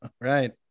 Right